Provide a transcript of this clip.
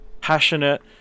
passionate